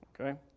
Okay